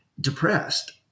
depressed